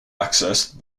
accessed